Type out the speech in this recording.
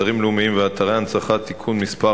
אתרים לאומיים ואתרי הנצחה (תיקון מס'